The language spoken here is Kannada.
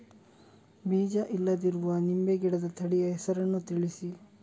ಬೀಜ ಇಲ್ಲದಿರುವ ನಿಂಬೆ ಗಿಡದ ತಳಿಯ ಹೆಸರನ್ನು ತಿಳಿಸಿ?